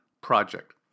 project